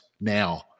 now